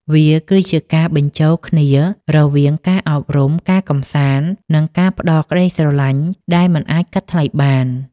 វាគឺជាការបញ្ចូលគ្នារវាងការអប់រំ ការកម្សាន្ត និងការផ្តល់ក្ដីស្រឡាញ់ដែលមិនអាចកាត់ថ្លៃបាន។